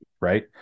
right